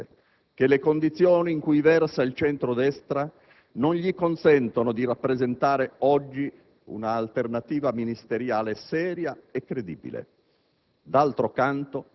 So perfettamente che le condizioni in cui versa il centro‑destra non gli consentono di rappresentare oggi un'alternativa ministeriale seria e credibile.